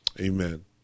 Amen